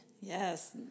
yes